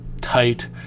tight